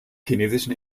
chinesischen